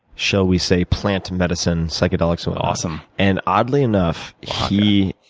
shall we say, plant medicine, psychedelics. and awesome. and oddly enough, he.